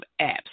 apps